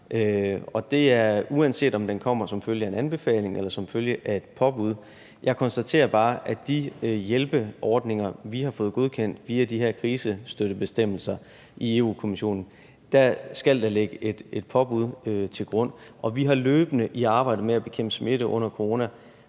uanset om den kommer som følge af en anbefaling eller som følge af et påbud. Jeg konstaterer bare, er for de hjælpeordninger, vi har fået godkendt via de her krisestøttebestemmelser i Europa-Kommissionen, skal der ligge et påbud til grund. Og vi har løbende i arbejdet med at bekæmpe smitte under corona